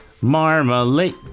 marmalade